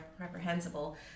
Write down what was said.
reprehensible